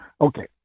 Okay